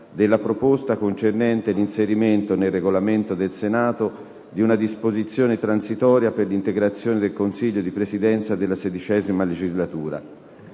della proposta concernente l'inserimento nel Regolamento del Senato di una disposizione transitoria per l'integrazione del Consiglio di Presidenza della XVI legislatura.